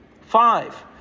Five